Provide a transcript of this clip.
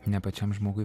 ne pačiam žmogų